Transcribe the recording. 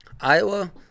Iowa